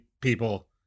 people